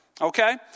Okay